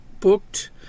booked